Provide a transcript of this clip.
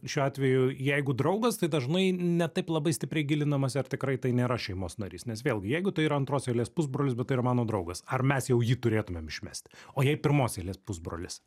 šiuo atveju jeigu draugas tai dažnai ne taip labai stipriai gilinamasi ar tikrai tai nėra šeimos narys nes vėlgi jeigu tai yra antros eilės pusbrolis bet tai yra mano draugas ar mes jau jį turėtumėm išmest o jei pirmos eilės pusbrolis